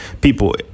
people